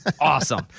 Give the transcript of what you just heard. Awesome